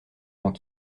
temps